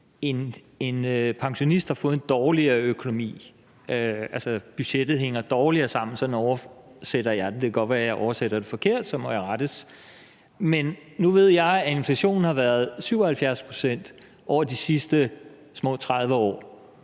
en pensionist har fået en dårligere økonomi, at budgettet hænger dårligere sammen. Sådan oversætter jeg det, og det kan godt være, jeg oversætter det forkert, og så må jeg rettes. Men nu ved jeg, at inflationen har været 77 pct. over de sidste små 30 år,